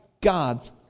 God's